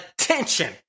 attention